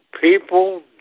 people